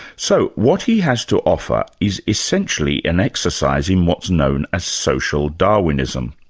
so what he has to offer is essentially an exercise in what's known as social darwinism.